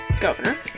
governor